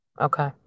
Okay